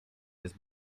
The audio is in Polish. jest